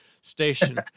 station